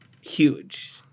huge